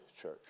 church